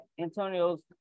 Antonio's